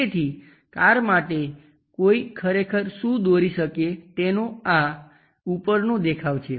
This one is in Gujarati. તેથી કાર માટે કોઈ ખરેખર શું દોરી શકે તેનો આ ઉપરનો દેખાવ છે